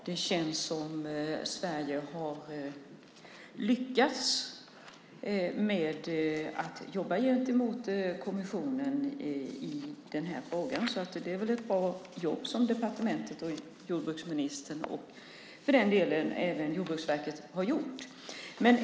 Det känns som att Sverige har lyckats med att jobba gentemot kommissionen i den här frågan, så det är väl ett bra jobb som departementet och jordbruksministern och för den delen även Jordbruksverket har gjort.